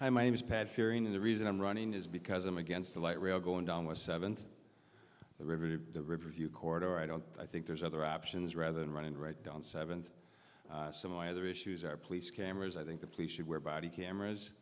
hi my name is pat fearing and the reason i'm running is because i'm against the light rail going down with seventh the river to the river view corridor i don't i think there's other options rather than running right down seventh some of my other issues are police cameras i think the police should wear body cameras